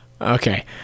okay